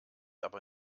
aber